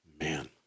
Man